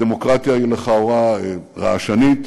הדמוקרטיה היא לכאורה רעשנית,